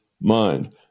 mind